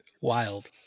Wild